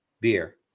beer